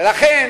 ולכן